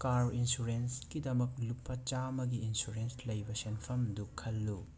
car ꯏꯟꯁꯨꯔꯦꯟꯁꯀꯤꯗꯃꯛ ꯂꯨꯄꯥ ꯆꯥꯝꯃꯒꯤ ꯏꯟꯁꯨꯔꯦꯟꯁ ꯂꯩꯕ ꯁꯦꯟꯐꯝꯗꯨ ꯈꯜꯂꯨ